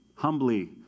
humbly